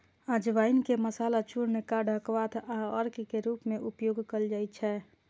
अजवाइन के मसाला, चूर्ण, काढ़ा, क्वाथ आ अर्क के रूप मे उपयोग कैल जाइ छै